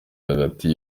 hagati